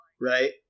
right